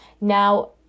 Now